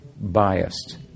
biased